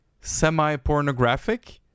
semi-pornographic